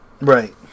Right